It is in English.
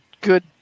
good